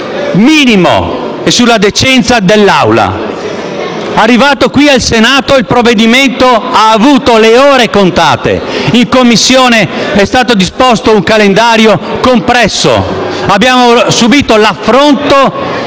minimo dell'Assemblea. Arrivato qui al Senato, il provvedimento ha avuto le ore contate. In Commissione è stato disposto un calendario compresso. Abbiamo subito l'affronto